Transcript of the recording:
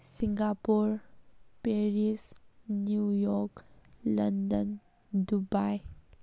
Singapore Paris New York London Dubai